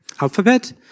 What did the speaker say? Alphabet